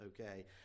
okay